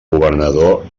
governador